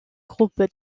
groupe